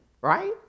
Right